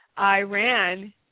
Iran